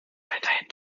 weiterhin